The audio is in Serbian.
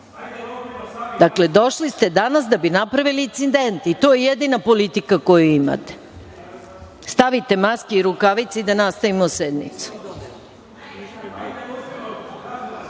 Došli ste danas da biste napravili incident. To je jedina politika koju vi imate. Stavite maske i rukavice i da nastavimo sednicu. Ja